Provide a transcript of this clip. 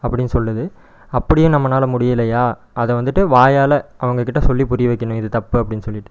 அப்படின்னு சொல்லுது அப்படியும் நம்மளால முடியலையா அதை வந்துவிட்டு வாயால் அவங்கக்கிட்ட சொல்லி புரிய வைக்கணும் இது தப்பு அப்படின்னு சொல்லிவிட்டு